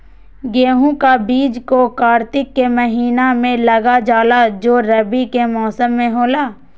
गेहूं का बीज को कार्तिक के महीना में लगा जाला जो रवि के मौसम में होला